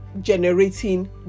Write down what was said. generating